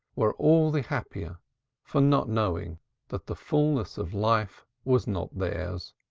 were all the happier for not knowing that the fulness of life was not theirs.